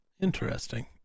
Interesting